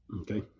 Okay